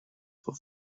for